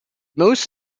most